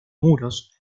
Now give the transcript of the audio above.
muros